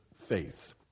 faith